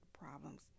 problems